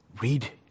read